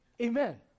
Amen